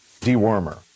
dewormer